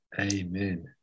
Amen